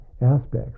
aspects